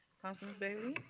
councilwoman bailey.